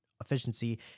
efficiency